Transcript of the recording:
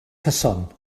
cyson